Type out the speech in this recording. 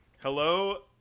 Hello